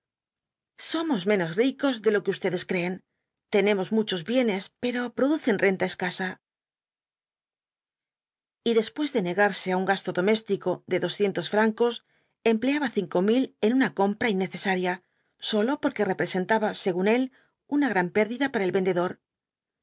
somos menos ricos de lo que ustedes creen tenemos muchos bienes pero producen renta escasa y después de negarse á un gasto doméstico de doscientos francos empleaba cinco mil en una compra innecesaria sólo porque representaba segiln él una gran pérdida para el vendedor